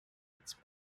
its